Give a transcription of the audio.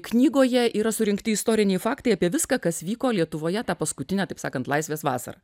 knygoje yra surinkti istoriniai faktai apie viską kas vyko lietuvoje tą paskutinę taip sakant laisvės vasarą